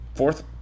fourth